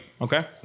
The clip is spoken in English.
Okay